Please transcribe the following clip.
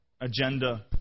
agenda